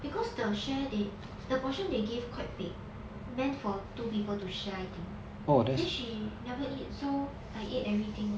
because the share they the portion they give quite big meant for two people to share I think then she never eat so I ate everything